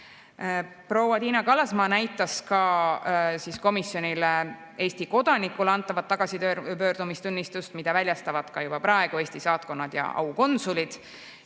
Proua Tiina Kallasmaa näitas ka komisjonile Eesti kodanikule antavat tagasipöördumistunnistust, mida väljastavad juba praegu Eesti saatkonnad ja aukonsulid,